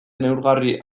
neurgarri